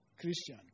Christian